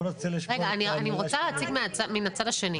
אני רוצה להציג מן הצד השני.